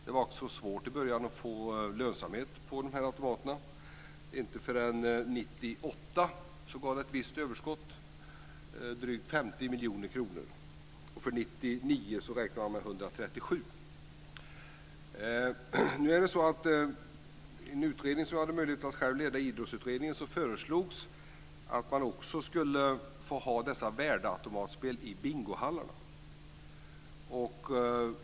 Det var också svårt i början att få lönsamhet på automaterna. Inte förrän 1998 gav de ett visst överskott, drygt 50 miljoner kronor. För 1999 räknar man med 137 miljoner. Idrottsutredningen, som jag själv hade möjligheten att leda, föreslog att man också skulle få ha dessa värdeautomatspel i bingohallarna.